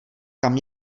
kam